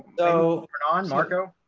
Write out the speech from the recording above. though on marco?